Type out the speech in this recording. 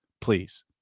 please